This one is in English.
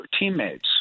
Teammates